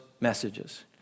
messages